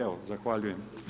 Evo, zahvaljujem.